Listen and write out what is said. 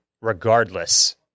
regardless